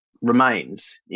remains